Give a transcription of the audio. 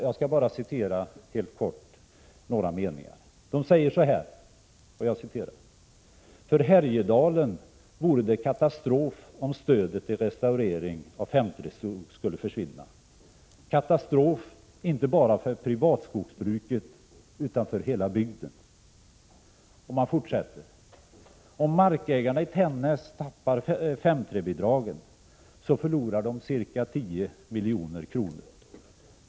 Jag skall citera några delar ur denna skrivelse: ”För Härjedalen vore det katastrof om stödet till restaurering av § 5:3 skog skulle försvinna. Katastrof inte bara för privatskogsbruket utan för hela bygden.” Skrivelsen fortsätter: ”Om markägarna i Tännäs tappar § 5:3 bidraget förlorar de ca 10 milj.kr.